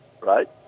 right